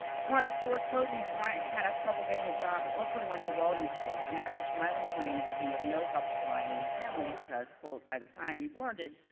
upon his stores closing, bryant had trouble getting a job and ultimately went to welding school, and act which milam claimed, would be of no help to bryant and his family, because quote, by the time you've learned it,